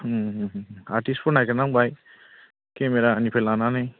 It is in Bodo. उम उम उम आर्टिस्टफोर नायगिरनांबाय केमेरानिफ्राय लानानै